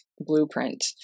blueprint